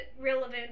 relevant